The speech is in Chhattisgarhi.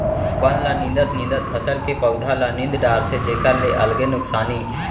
बन ल निंदत निंदत फसल के पउधा ल नींद डारथे जेखर ले अलगे नुकसानी